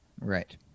Right